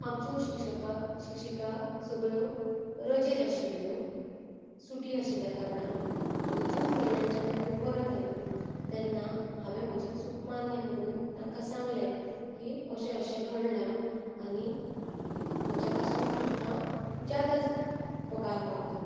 आमच्यो शिक्षकाक शिक्षिका सगळ्यो रजेर आशिल्ल्यो सुटी आशिल्ल्या कारणान आनी जून म्हयन्यान जेन्ना त्यो परत आयल्यो तेन्ना हांवे म्हजी चूक मान्य करुन तांकां सांगलें की अशें अशें घडलां आनी म्हज्या पासून तुमकां ज्यादा पगार पावला